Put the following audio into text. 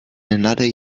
another